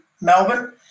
Melbourne